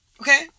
okay